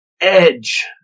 edge